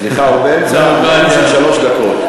סליחה, הוא באמצע נאום של שלוש דקות.